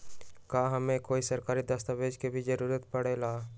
का हमे कोई सरकारी दस्तावेज के भी जरूरत परे ला?